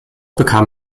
bekam